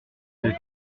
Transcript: des